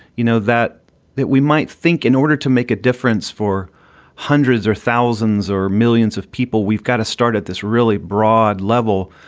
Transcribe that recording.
you know, that that we might think in order to make a difference for hundreds or thousands or millions of people, we've got to start at this really broad level.